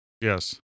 Yes